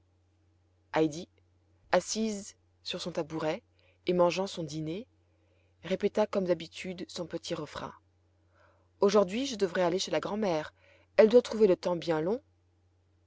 assise sur son tabouret et mangeant son dîner répéta comme d'habitude son petit refrain aujourd'hui je devrais aller chez la grand'mère elle doit trouver le temps bien long